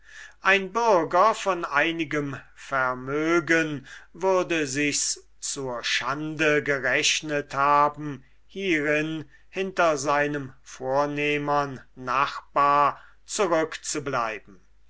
ein bürger von einigem vermögen würde sichs zur schande gerechnet haben hierin hinter seinem vornehmern nachbar zurückzubleiben